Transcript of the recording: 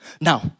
now